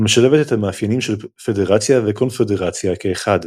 המשלבת את המאפיינים של פדרציה וקונפדרציה כאחד.